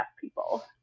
people